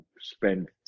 spend